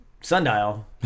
sundial